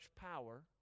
power